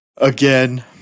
Again